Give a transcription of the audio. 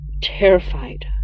terrified